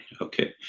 Okay